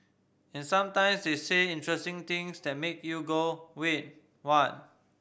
and sometimes they say interesting things that make you go wait what